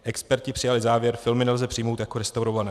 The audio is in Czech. Experti přijali závěr: filmy nelze přijmout jako restaurované.